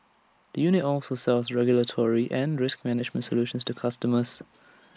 the unit also sells regulatory and risk management solutions to customers